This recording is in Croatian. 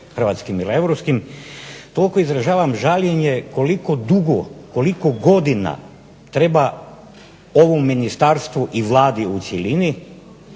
hrvatskim ili europskim toliko izražavam žaljenje koliko dugo, koliko godina treba ovom ministarstvu ili Vladi u cjelini